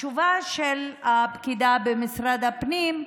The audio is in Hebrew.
התשובה של הפקידה במשרד הפנים,